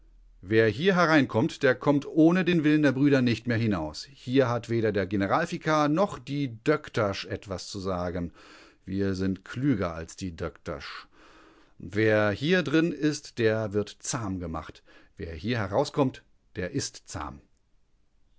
wer hier hereinkommt der kommt ohne den willen der brüder nicht mehr hinaus hier hat weder der generalvikar noch die döktersch etwas zu sagen wir sind klüger als die döktersch wer hier drin ist der wird zahm gemacht wer hier herauskommt der ist zahm